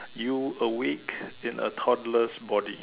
you awake in a toddler's body